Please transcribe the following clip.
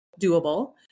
doable